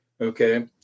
okay